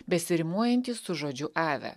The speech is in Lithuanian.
besirimuojantį su žodžiu ave